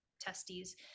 testes